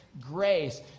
grace